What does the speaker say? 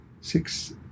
six